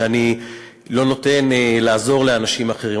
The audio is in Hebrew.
שאני לא נותן לעזור לאנשים אחרים.